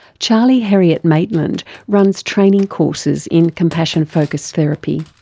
charlie heriot-maitland runs training courses in compassion focussed therapy.